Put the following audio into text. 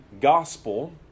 gospel